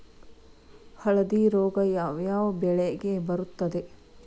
ಹಳದಿ ರೋಗ ಯಾವ ಯಾವ ಬೆಳೆಗೆ ಬರುತ್ತದೆ?